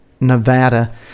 Nevada